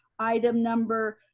item number